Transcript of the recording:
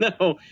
No